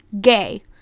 Gay